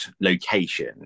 location